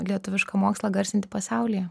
lietuvišką mokslą garsinti pasaulyje